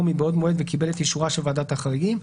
מבעוד מועד וקיבל את אישורה של וועדת החריגים,